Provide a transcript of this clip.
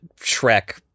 shrek